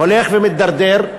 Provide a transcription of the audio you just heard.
הולך ומתדרדר,